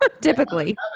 typically